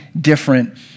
different